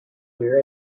year